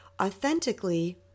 authentically